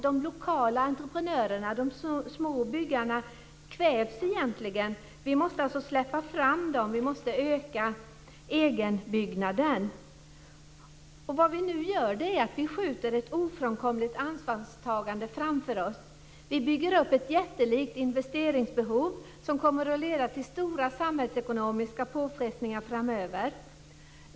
De lokala entreprenörerna och de små byggföretagen kvävs. Vi måste alltså släppa fram dessa. Vi måste öka egenbyggandet. Vad vi nu gör är att vi skjuter ett ofrånkomligt ansvarstagande framför oss. Vi bygger upp ett jättelikt investeringsbehov som kommer att leda till stora samhällsekonomiska påfrestningar framöver.